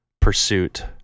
pursuit